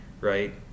right